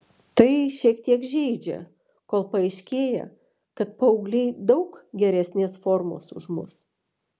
tai šiek tiek žeidžia kol paaiškėja kad paaugliai daug geresnės formos už mus